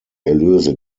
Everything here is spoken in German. erlöse